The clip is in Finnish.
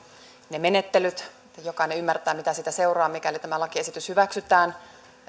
ne menettelyt että jokainen ymmärtää mitä siitä seuraa mikäli tämä lakiesitys hyväksytään